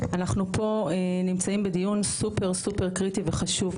אנחנו פה נמצאים בדיון סופר סופר קריטי וחשוב,